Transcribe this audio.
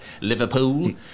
Liverpool